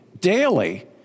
daily